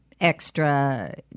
extra